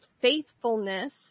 faithfulness